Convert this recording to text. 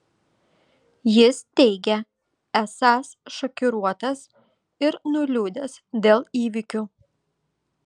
jis teigė esąs šokiruotas ir nuliūdęs dėl įvykių